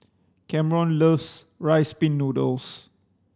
Camron loves rice pin noodles